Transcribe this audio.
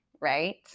right